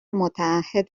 متعهد